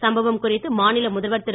சம்பவம் குறித்து மாநில முதல்வர் திரு